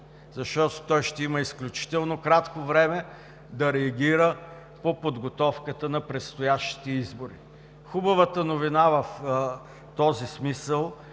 защото той ще има изключително кратко време да реагира по подготовката на предстоящите избори. Хубава новина в този смисъл